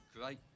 great